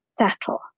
settle